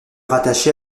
rattaché